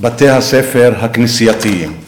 בתי-הספר הכנסייתיים.